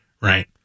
Right